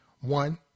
One